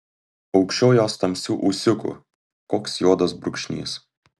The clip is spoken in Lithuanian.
aukščiau jos tamsių ūsiukų koks juodas brūkšnys